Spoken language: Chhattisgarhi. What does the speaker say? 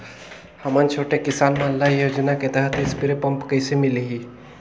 हमन छोटे किसान मन ल योजना के तहत स्प्रे पम्प कइसे मिलही?